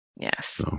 Yes